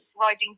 riding